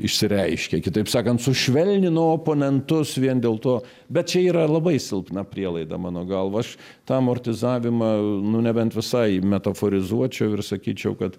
išsireiškia kitaip sakant sušvelnino oponentus vien dėl to bet čia yra labai silpna prielaida mano galva aš tą amortizavimą nu nebent visai metaforizuočiau ir sakyčiau kad